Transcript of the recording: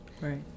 Right